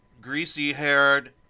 greasy-haired